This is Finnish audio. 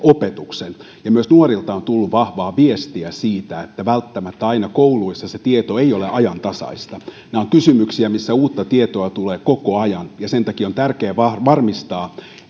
opetuksen ja myös nuorilta on tullut vahvaa viestiä siitä että kouluissa tieto ei välttämättä aina ole ajantasaista nämä ovat kysymyksiä mistä uutta tietoa tulee koko ajan ja sen takia on tärkeää varmistaa